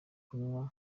kunywa